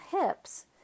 hips